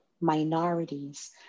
minorities